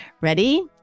Ready